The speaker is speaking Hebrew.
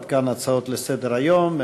עד כאן הצעות לסדר-היום,